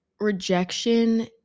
rejection